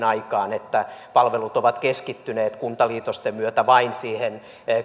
aikaan että palvelut ovat keskittyneet kuntaliitosten myötä vain siihen